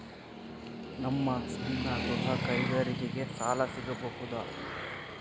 ನಮ್ಮ ಸಣ್ಣ ಗೃಹ ಕೈಗಾರಿಕೆಗೆ ಸಾಲ ಸಿಗಬಹುದಾ?